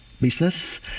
business